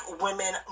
women